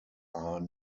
are